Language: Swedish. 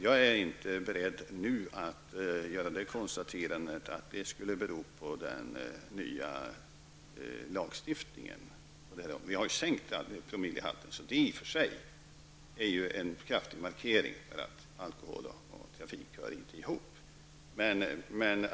Jag är inte beredd att nu konstatera att det skulle bero på den nya lagstiftningen. Promillehalten har ju sänkts, och det är i och för sig en kraftig markering av att alkohol och trafik inte hör ihop.